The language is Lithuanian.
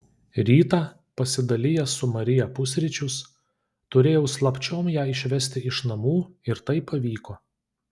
rytą pasidalijęs su marija pusryčius turėjau slapčiom ją išvesti iš namų ir tai pavyko